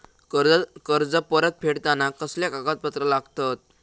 कर्ज परत फेडताना कसले कागदपत्र लागतत?